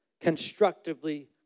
Constructively